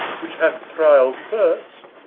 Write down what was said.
which hath trial first,